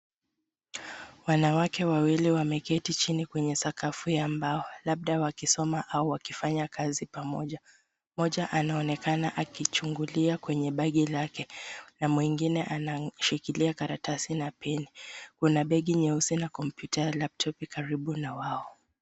Wanawake wawili wameketi chini kwenye sakafu ya mbao labda wakisoma au wakifanya kazi pamoja. Mmoja anaonekana akichungulia kwenye begi lake na mwingine anashikilia karatasi na pen . Kuna begi nyeusi na kompyuta laptop karibu na wao.